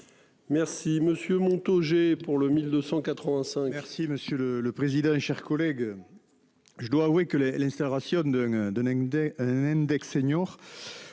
Merci monsieur Montaugé pour le 1285.